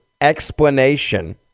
explanation